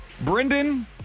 Brendan